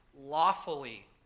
lawfully